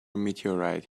meteorite